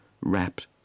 wrapped